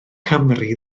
cymru